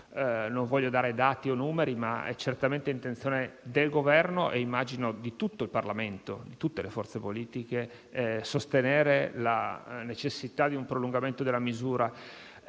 Non voglio dare dati o numeri, ma è certamente intenzione del Governo e immagino di tutto il Parlamento e di tutte le forze politiche sostenere la necessità di un prolungamento della misura.